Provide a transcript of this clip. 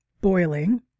boiling